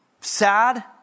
Sad